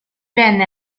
venne